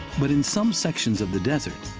but in some sections of the desert,